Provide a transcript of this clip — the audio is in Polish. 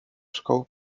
szkoły